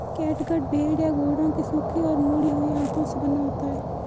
catgut भेड़ या घोड़ों की सूखी और मुड़ी हुई आंतों से बना होता है